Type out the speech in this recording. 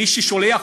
מי ששולח,